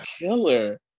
killer